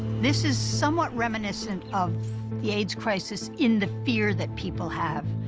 this is somewhat reminiscent of the aids crisis, in the fear that people have.